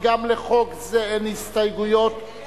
לחוק זה יש הסתייגויות.